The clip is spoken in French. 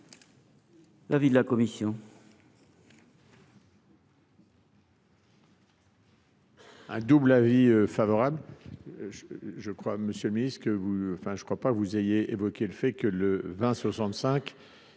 l’avis de la commission